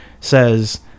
says